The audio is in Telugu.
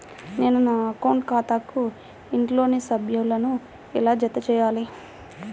నేను నా అకౌంట్ ఖాతాకు ఇంట్లోని సభ్యులను ఎలా జతచేయాలి?